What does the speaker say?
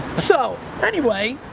so, anyway,